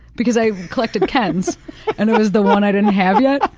because i collected kens and it was the one i didn't have yet.